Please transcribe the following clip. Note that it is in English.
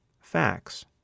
facts